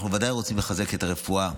אנחנו בוודאי רוצים לחזק את הרפואה,